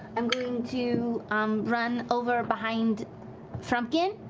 i'm going to um run over behind frumpkin,